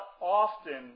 often